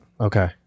okay